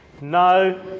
no